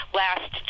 last